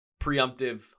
preemptive